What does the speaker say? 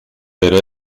pero